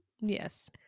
Yes